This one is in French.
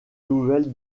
nouvelle